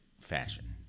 fashion